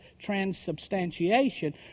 transubstantiation